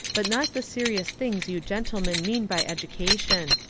but not the serious things you gentlemen mean by education.